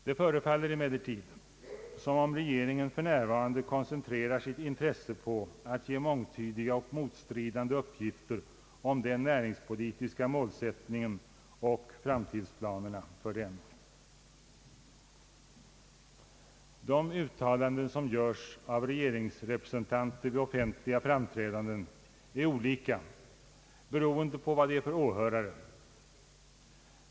Det förefaller emellertid som om regeringen för närvarande koncentrerar sitt intresse på att ge mångtydiga och motstridande uppgifter om den näringspolitiska målsättningen och framtidsplanerna för denna. De uttalanden som görs av regeringsrepresentanter vid offentliga framträdanden är olika, beroende på vad det är för åhörare.